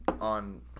on